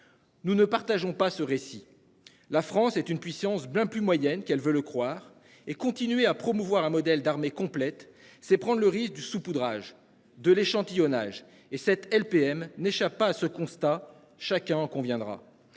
Nous ne partageons pas ce récit. La France est une puissance Blin plus moyenne qu'elle veut le croire et continuer à promouvoir un modèle d'armée complète c'est prendre le risque du saupoudrage de l'échantillonnage et cette LPM n'échappe pas à ce constat, chacun en conviendra.